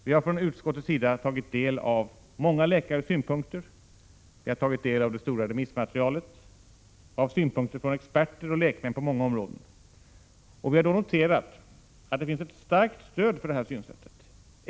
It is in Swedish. Vi har från utskottets sida tagit del av många läkares synpunkter, vi har tagit del av det stora remissmaterialet och av synpunkter från experter och lekmän på många områden, och vi har då noterat att det finns ett starkt stöd för det här synsättet.